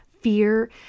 fear